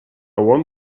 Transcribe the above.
want